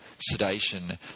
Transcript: sedation